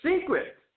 secret